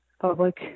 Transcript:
public